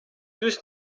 دوست